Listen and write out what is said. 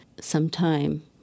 sometime